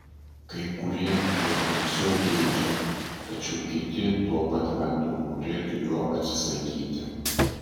kai kurie jo tiesiog geidžia tačiau kiti tuo pat metu norėtų jo atsisakyti